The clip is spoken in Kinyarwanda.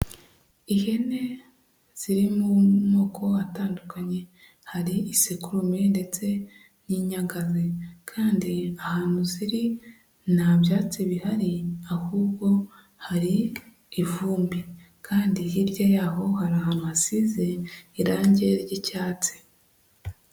Ihene ziri mu moko atandukanye hari isekurume ndetse n'inyangano kandi ahantu ziri ntabyatsi bihari ahubwo hari ivumbi kandi hirya yaho hari ahantu hasize irangi ry'icyatsi.